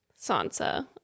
Sansa